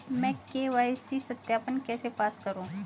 मैं के.वाई.सी सत्यापन कैसे पास करूँ?